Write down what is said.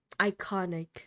Iconic